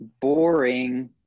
boring